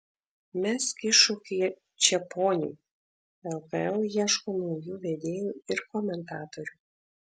mesk iššūkį čeponiui lkl ieško naujų vedėjų ir komentatorių